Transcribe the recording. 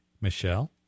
Michelle